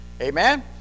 Amen